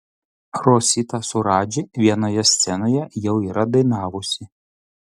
rosita su radži vienoje scenoje jau yra dainavusi